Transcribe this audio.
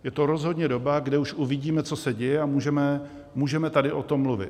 Je to rozhodně doba, kde už uvidíme, co se děje, a můžeme tady o tom mluvit.